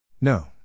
No